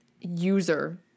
User